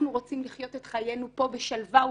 אנחנו רוצים לחיות את חיינו פה בשלווה ובשקט.